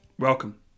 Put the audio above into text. Welcome